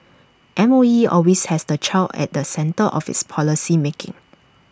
M O E always has the child at the centre of its policy making